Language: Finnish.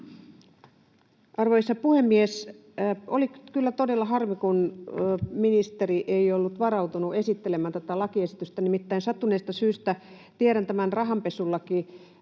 Arvoisa puhemies! Oli kyllä todella harmi, kun ministeri ei ollut varautunut esittelemään tätä lakiesitystä. Nimittäin sattuneesta syystä tiedän tämän rahanpesulakiproblematiikan